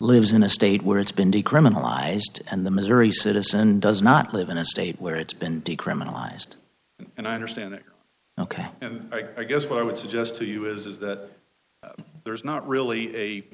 lives in a state where it's been decriminalized and the missouri citizen does not live in a state where it's been decriminalized and i understand it ok and i guess what i would suggest to you is that there's not really a